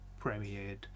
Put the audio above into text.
premiered